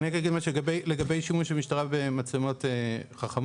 אני רק אגיד משהו לגבי שימוש המשטרה במצלמות חכמות.